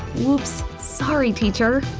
whoops! sorry teacher!